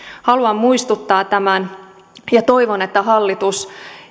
haluan muistuttaa tästä ja toivon että hallitus